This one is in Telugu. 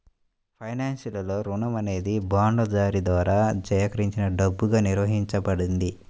ఫైనాన్స్లో, రుణం అనేది బాండ్ల జారీ ద్వారా సేకరించిన డబ్బుగా నిర్వచించబడింది